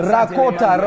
Rakota